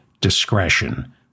discretion